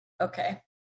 Okay